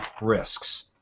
risks